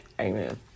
Amen